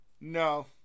No